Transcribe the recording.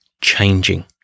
changing